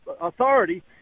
authority